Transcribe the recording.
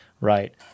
right